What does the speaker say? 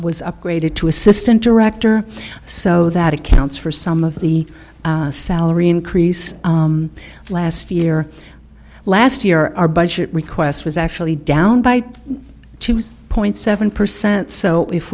was upgraded to assistant director so that accounts for some of the salary increase last year last year our budget request was actually down by point seven percent so if